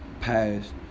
past